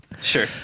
sure